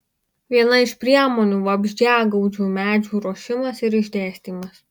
viena iš priemonių vabzdžiagaudžių medžių ruošimas ir išdėstymas